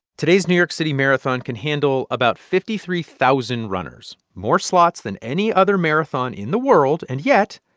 today's new york city marathon can handle about fifty three thousand runners more slots than any other marathon in the world. and yet,